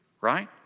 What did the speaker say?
right